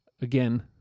Again